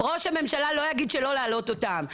ראש הממשלה לא יגיד שלא להעלות אותם.